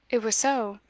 it was so.